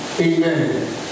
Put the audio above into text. Amen